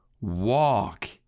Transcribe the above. walk